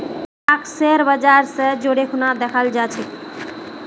stock share बाजर स जोरे खूना दखाल जा छेक